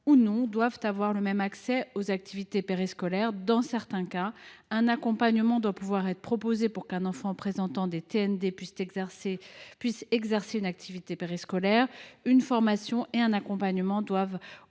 ou non, doivent avoir le même accès aux activités périscolaires. Dans certains cas, il est nécessaire de proposer un accompagnement pour qu’un enfant présentant des TND puisse exercer une activité périscolaire. Une formation et un accompagnement doivent